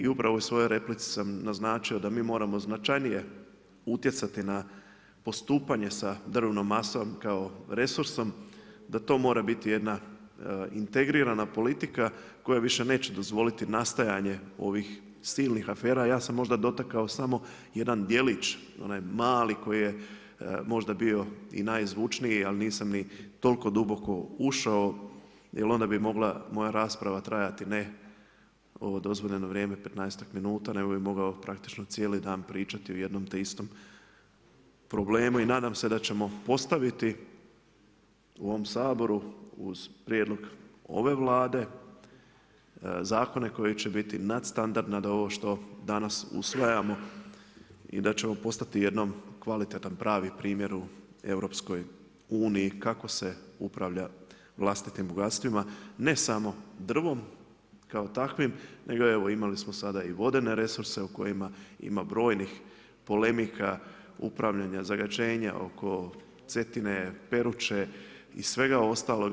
I upravo u svojoj replici sam naznačio da mi moramo značajnije utjecati na postupanje sa drvnom masom kao resursom, da to mora biti jedna integrirana politika koja više neće dozvoliti nastajanje ovih silnih afera a ja sam možda dotakao samo jedan djelić, onaj mali koji je možda bio i najzvučniji ali nisam ni toliko duboko ušao jer onda bi mogla moja rasprava trajati ne ovo dozvoljeno vrijeme 15-ak minuta nego bi mogao praktično cijeli dan pričati o jedno te istom problemu i nadam se da ćemo postaviti u ovom Saboru uz prijedlog ove Vlade zakone koji će biti nad standard nad ovo što danas usvajamo i da ćemo postati jednom kvalitetan, pravi primjer u EU kako se upravlja vlastitim bogatstvima, ne samo drvom kao takvim nego evo imali smo sada i vodene resurse u kojima ima brojnih polemika, upravljanja, zagađenja oko Cetine, Peruče i svega ostaloga.